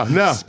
no